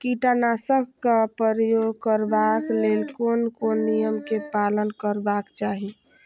कीटनाशक क प्रयोग करबाक लेल कोन कोन नियम के पालन करबाक चाही?